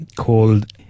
called